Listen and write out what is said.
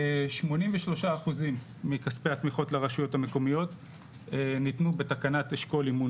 83% מכספי התמיכות לרשויות המקומיות ניתנו בתקנת "אשכול אימון